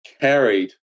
carried